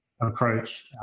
approach